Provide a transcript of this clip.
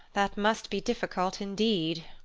that must be difficult indeed.